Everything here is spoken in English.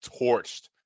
torched